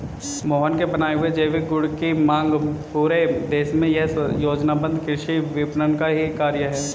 मोहन के बनाए हुए जैविक गुड की मांग पूरे देश में यह योजनाबद्ध कृषि विपणन का ही कार्य है